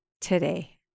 today